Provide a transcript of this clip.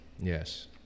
Yes